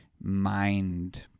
mind